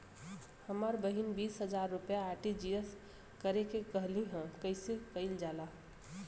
हमर बहिन बीस हजार रुपया आर.टी.जी.एस करे के कहली ह कईसे कईल जाला?